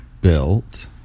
built